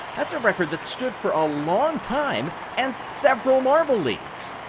that's a record that stood for a long time and several marble leagues.